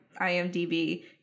IMDB